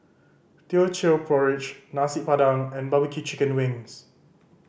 Teochew Porridge Nasi Padang and barbecue chicken wings